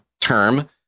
term